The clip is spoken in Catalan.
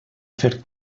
fer